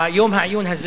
יום העיון הזה,